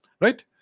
right